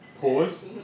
pause